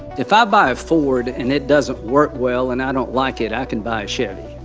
if i buy a ford, and it doesn't work well, and i don't like it, i can buy a chevy.